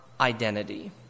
identity